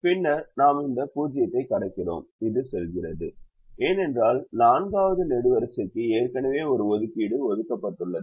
பின்னர் நாம் இந்த 0 ஐ கடக்கிறோம் இது செல்கிறது ஏனென்றால் நான்காவது நெடுவரிசைக்கு ஏற்கனவே ஒரு ஒதுக்கீடு ஒதுக்கப்பட்டுள்ளது